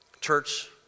Church